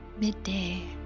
midday